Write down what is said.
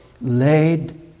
laid